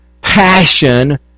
passion